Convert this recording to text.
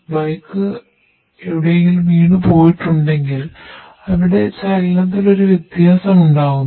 ബൈക്ക്വീണുപോയിട്ടുണ്ടെങ്കിൽ അവിടെ ചലനത്തിൽ ഒരു വ്യത്യാസം ഉണ്ടാവുന്നു